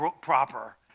proper